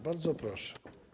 Bardzo proszę.